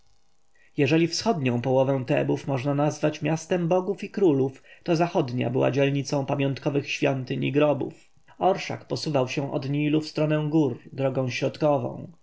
jeżeli wschodnią połowę tebów można nazwać miastem bogów i królów to zachodnia była dzielnicą pamiątkowych świątyń i grobów orszak posuwał się od nilu w stronę gór drogą środkową